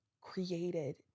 created